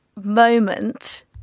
Moment